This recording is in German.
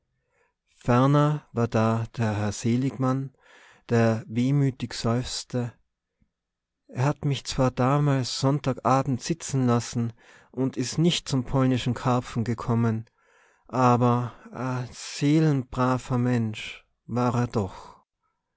ferner war da der herr seligmann der wehmütig seufzte er hat mich zwar damals sonntag abend sitzen lassen und is nicht zum polnischen karpfen gekommen aber ein seelenbraver mensch war er doch